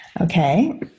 Okay